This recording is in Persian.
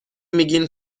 میگین